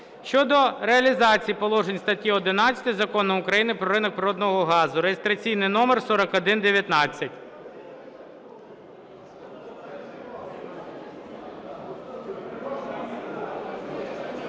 (щодо реалізації положень статті 11 Закону України "Про ринок природного газу") (реєстраційний номер 4119).